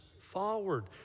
forward